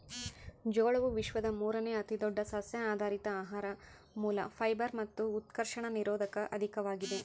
ಜೋಳವು ವಿಶ್ವದ ಮೂರುನೇ ಅತಿದೊಡ್ಡ ಸಸ್ಯಆಧಾರಿತ ಆಹಾರ ಮೂಲ ಫೈಬರ್ ಮತ್ತು ಉತ್ಕರ್ಷಣ ನಿರೋಧಕ ಅಧಿಕವಾಗಿದೆ